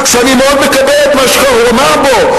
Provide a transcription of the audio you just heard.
שאני מאוד מקבל את מה שהוא אמר בו,